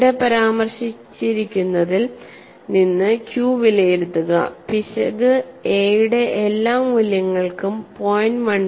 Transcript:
ഇവിടെ പരാമർശിച്ചിരിക്കുന്നതിൽ നിന്ന് Q വിലയിരുത്തുക പിശക് a യുടെ എല്ലാ മൂല്യങ്ങൾക്കും 0